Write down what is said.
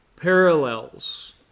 parallels